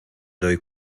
doy